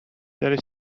there